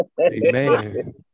Amen